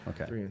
Okay